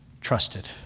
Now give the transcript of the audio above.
trusted